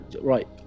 right